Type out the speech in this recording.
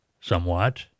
somewhat